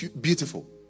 beautiful